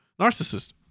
Narcissist